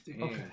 Okay